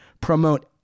promote